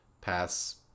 pass